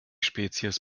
spezies